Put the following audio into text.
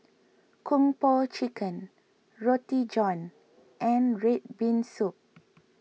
Kung Po Chicken Roti John and Red Bean Soup